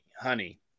honey